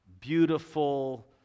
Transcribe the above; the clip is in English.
beautiful